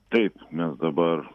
taip mes dabar